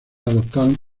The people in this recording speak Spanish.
adoptaron